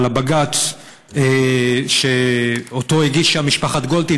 אבל הבג"ץ שאותו הגישה משפחת גולדין,